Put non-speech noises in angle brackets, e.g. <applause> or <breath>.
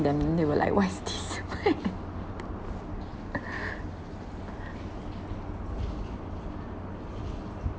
them they were like what is this <laughs> <breath>